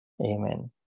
Amen